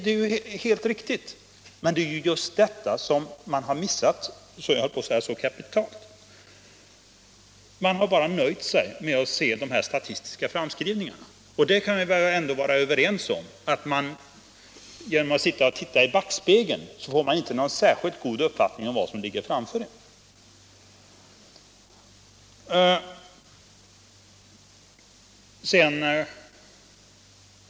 Det är helt riktigt, men det är ju just detta som man har missat så kapitalt. Man har nöjt sig med de statistiska framskrivningarna. Vi kan väl ändå vara överens om att genom att titta i backspegeln får man inte någon särskilt god uppfattning om vad som ligger framför en.